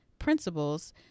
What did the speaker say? principles